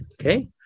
Okay